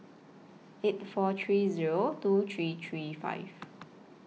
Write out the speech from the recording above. eight four three Zero two three three five